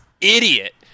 idiot